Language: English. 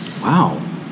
wow